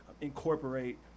incorporate